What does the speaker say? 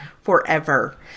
forever